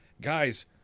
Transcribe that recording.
guys